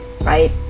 right